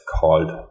called